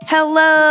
Hello